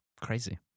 Crazy